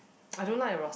I don't like Ros~